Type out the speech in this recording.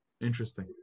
Interesting